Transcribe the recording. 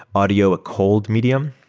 audio a cold medium.